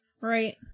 Right